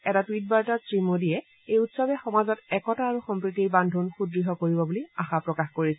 এটা টুইট বাৰ্তাত শ্ৰীমোডীয়ে এই উৎসৱে সমাজত একতা আৰু সম্প্ৰীতিৰ বান্ধোন সুদঢ় কৰিব বুলি আশা প্ৰকাশ কৰিছে